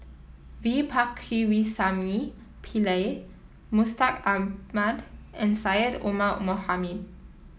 V Pakirisamy Pillai Mustaq Ahmad and Syed Omar Mohamed